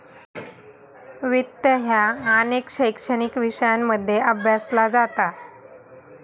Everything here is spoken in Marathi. वित्त ह्या अनेक शैक्षणिक विषयांमध्ये अभ्यासला जाता